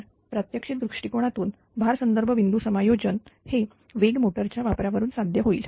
तर प्रात्यक्षिक दृष्टिकोनातून भार संदर्भ बिंदू समायोजन हे वेग मोटरच्या वापरा वरून साध्य होईल